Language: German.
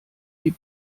die